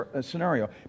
scenario